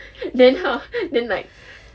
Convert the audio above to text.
then how then like